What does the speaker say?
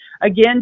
again